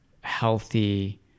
healthy